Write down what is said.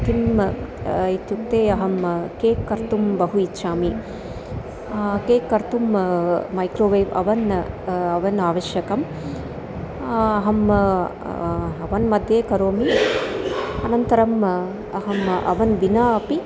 किम् इत्युक्ते अहं केक् कर्तुं बहु इच्छामि केक् कर्तुं मैक्रोवेव् अवन् अवन् आवश्यकम् अहम् अवन्मध्ये करोमि अनन्तरम् अहम् अवन् विना अपि